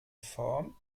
form